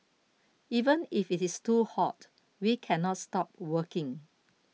even if it is too hot we can not stop working